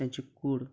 तांची कूड